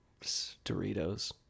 Doritos